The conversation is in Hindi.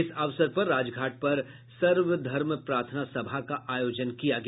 इस अवसर पर राजघाट पर सर्वधर्म प्रार्थना सभा का आयोजन किया गया